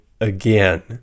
again